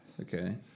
Okay